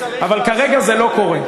אבל כרגע זה לא קורה.